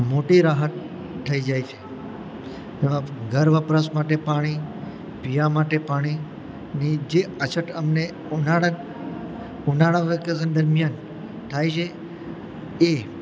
મોટી રાહત થઈ જાય છે ઘર વપરાશ માટે પાણી પીવા માટે પાણીની જે અછટ અમને ઉનાળા ઉનાળા વેકેશન દરમિયાન થાય છે એ